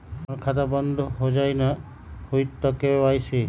हमर खाता बंद होजाई न हुई त के.वाई.सी?